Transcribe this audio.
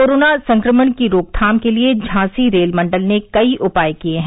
corona संक्रमण की रोकथाम के लिए झाँसी रेल मंडल ने कई उपाय किए हैं